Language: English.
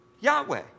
Yahweh